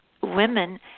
women